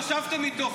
שישבתם איתו,